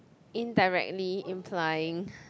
indirectly implying